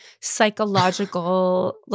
psychological